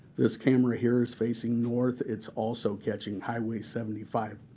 this camera here is facing north. it's also catching highway seventy five.